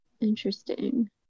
interesting